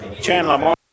Chandler